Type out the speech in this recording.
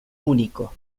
único